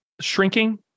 shrinking